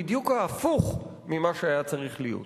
בדיוק הפוך ממה שהיה צריך להיות.